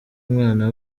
umwana